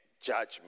judgment